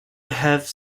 have